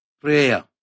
Prayer